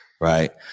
right